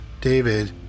David